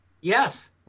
Yes